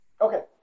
Okay